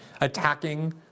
attacking